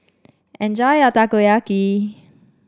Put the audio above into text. enjoy your Takoyaki